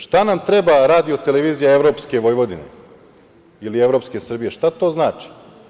Šta nam treba radio-televizija evropske Vojvodine ili evropske Srbije, šta to znači?